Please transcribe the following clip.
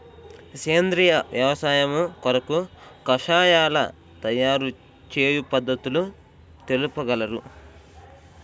సేంద్రియ వ్యవసాయము కొరకు కషాయాల తయారు చేయు పద్ధతులు తెలుపగలరు?